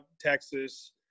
Texas